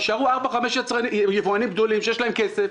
יישארו ארבעה-חמישה יבואנים גדולים שיש להם כסף.